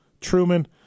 truman